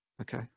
okay